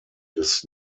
des